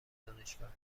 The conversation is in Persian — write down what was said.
دانشگاه